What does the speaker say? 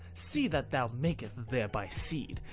see that thou maketh baer thy seed,